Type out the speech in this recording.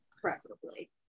preferably